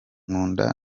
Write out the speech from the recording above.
nkunda